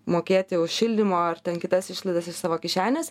mokėti už šildymo ar kitas išlaidas iš savo kišenės